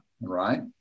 right